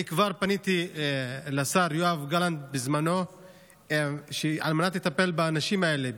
אני כבר פניתי לשר יואב גלנט בזמנו על מנת לטפל באנשים האלה,